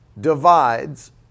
divides